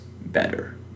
better